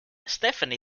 stephanie